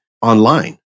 online